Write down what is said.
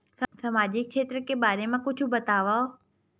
सामजिक क्षेत्र के बारे मा कुछु बतावव?